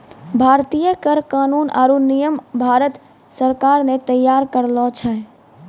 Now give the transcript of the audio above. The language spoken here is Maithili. भारतीय कर कानून आरो नियम भारत सरकार ने तैयार करलो छै